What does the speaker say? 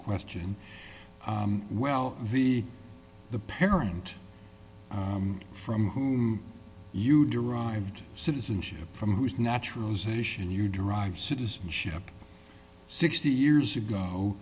question well the the parent from whom you derived citizenship from whose naturalization you derive citizenship sixty years ago